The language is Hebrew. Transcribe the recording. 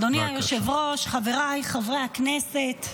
אדוני היושב-ראש, חבריי חברי הכנסת,